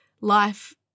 life